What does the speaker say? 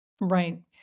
Right